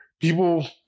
people